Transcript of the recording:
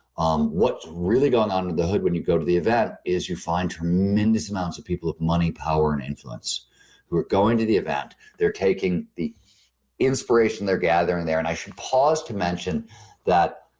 um what's really gone under the hood when you go to the event is you find tremendous amounts of people money, power and influence we're going to the event, they're taking the inspiration they're gathering there and i should pause to mention that